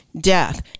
death